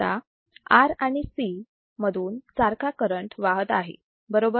आता R आणि C मधून सारखा करंट वाहत आहे बरोबर